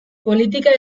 politika